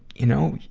you know,